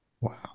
Wow